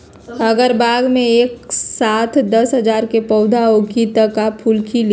अगर बाग मे एक साथ दस तरह के पौधा होखि त का फुल खिली?